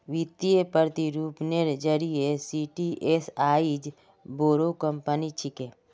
वित्तीय प्रतिरूपनेर जरिए टीसीएस आईज बोरो कंपनी छिके